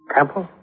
Temple